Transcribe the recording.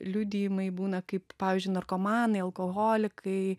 liudijimai būna kaip pavyzdžiui narkomanai alkoholikai